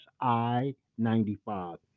I-95